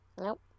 nope